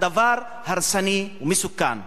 דבר הרסני ומסוכן.